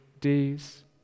days